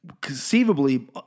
Conceivably